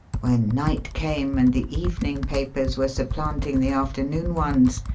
when night came and the evening papers were supplanting the afternoon ones,